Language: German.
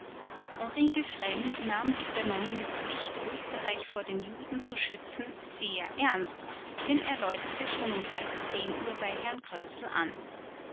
henry dufresne nahm die übernommene pflicht oesterreich vor den juden zu schützen sehr ernst denn er läutete schon um halb zehn uhr bei herrn krötzl an